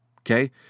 okay